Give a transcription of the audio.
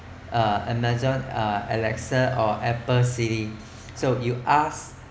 uh Amazon alexa or Apple siri so you ask